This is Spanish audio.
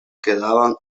quedaban